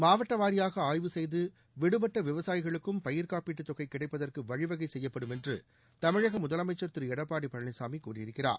மாவட்ட வாரியாக ஆய்வு செய்து விடுப்பட்ட விவசாயிகளுக்கும் பயிர்க்காப்பீட்டுத் தொகை கிடைப்பதற்கு வழிவகை செய்யப்படும் என்று தமிழக முதலமைச்ச் திரு எடப்பாடி பழனிசாமி கூறியிருக்கிறார்